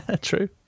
True